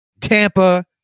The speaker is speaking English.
Tampa